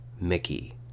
Mickey